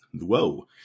whoa